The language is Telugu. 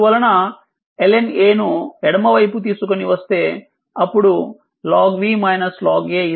అందువలన ln ను ఎడమ వైపు తీసుకుని వస్తే అప్పుడు ln ln t RC అవుతుంది